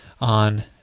On